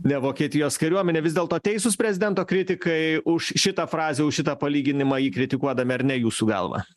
ne vokietijos kariuomenė vis dėlto teisūs prezidento kritikai už šitą frazę už šitą palyginimą jį kritikuodami ar ne jūsų galva